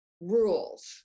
rules